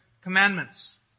commandments